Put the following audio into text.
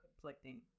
conflicting